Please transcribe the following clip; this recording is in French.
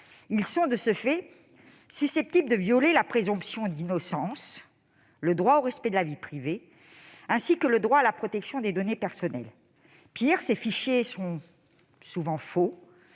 Ils sont de ce fait susceptibles de violer la présomption d'innocence, le droit au respect de la vie privée et le droit à la protection des données personnelles. Pire, ces fichiers sont souvent faux.